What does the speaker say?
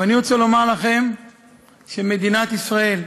אני רוצה לומר לכם שמדינת ישראל,